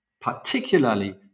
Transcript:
particularly